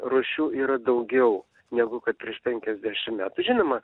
rūšių yra daugiau negu kad prieš penkiasdešimt metų žinoma